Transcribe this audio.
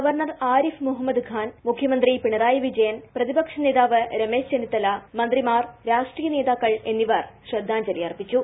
governor Arif Mohammad Khan മുഖ്യമന്ത്രി പിണറായി വിജയൻ പ്രതിപക്ഷനേതാവ് രമേശ് ചെന്നിത്തല മന്ത്രിമാർ രാഷ്ട്രീയ നേതാക്കൾ എന്നിവർ ശ്രദ്ധാഞ്ജലി അർപ്പിച്ചു